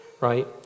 Right